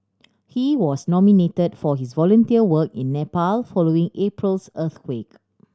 he was nominate for his volunteer work in Nepal following April's earthquake